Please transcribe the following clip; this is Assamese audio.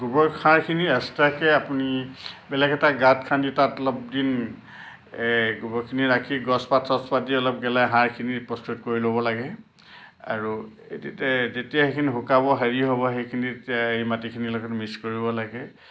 গোবৰ সাৰখিনি এক্সট্ৰাকৈ আপুনি বেলেগ এটা গাঁত খান্দি তাত অলপদিন গোবৰখিনি ৰাখি গছপাত চছপাত দি অলপ গেলাই সাৰখিনি প্ৰস্তুত কৰি ল'ব লাগে আৰু তেতিয়া তেতিয়া সেইখিনি শুকান হ'ব হেৰি হ'ব সেইখিনি তেতিয়া এই মাটিখিনিৰ লগত মিক্স কৰিব লাগে